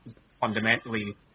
fundamentally